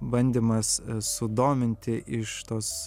bandymas sudominti iš tos